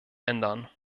ändern